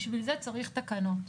בשביל זה צריך תקנות.